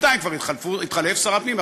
בינתיים כבר התחלף שר הפנים,